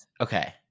Okay